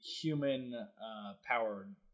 human-powered